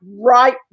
right